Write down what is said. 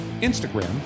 Instagram